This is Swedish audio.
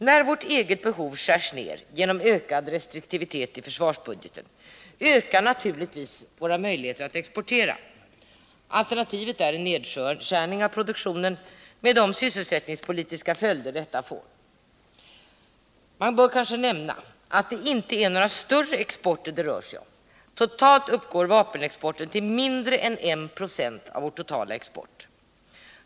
När vårt eget behov skärs ned genom ökad restriktivitet i försvarsbudgeten, ökar naturligtvis våra möjligheter att exportera. Alternativet är en nedskärning av produktionen med de sysselsättningspolitiska följder detta får. Man bör kanske nämna att det inte är någon större export det rör sig om. Totalt uppgår vapenexporten till mindre än 1 26 av vår totala export.